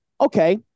Okay